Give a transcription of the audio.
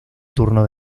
turno